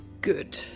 Good